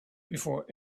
before